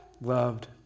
loved